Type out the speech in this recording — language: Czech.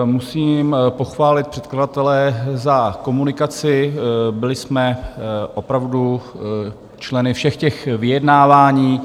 Musím pochválit předkladatele za komunikaci, byli jsme opravdu členy všech vyjednávání.